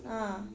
ah